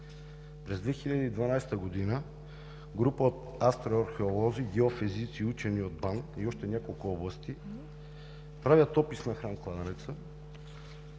През 2012 г. група от астроархеолози, геофизици и учени от БАН и още няколко области правят опис на храм-кладенеца,